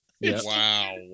Wow